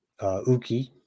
Uki